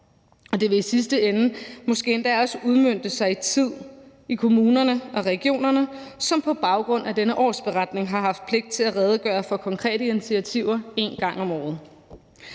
det vil i sidste ende måske endda også udmønte sig i tid i kommunerne og regionerne, som på baggrund af denne årsberetning har haft pligt til at redegøre for konkrete initiativer en gang om året.